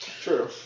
True